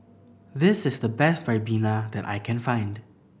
this is the best ribena that I can find